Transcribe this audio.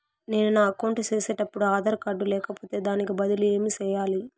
నేను నా అకౌంట్ సేసేటప్పుడు ఆధార్ కార్డు లేకపోతే దానికి బదులు ఏమి సెయ్యాలి?